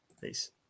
Peace